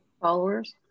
followers